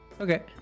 okay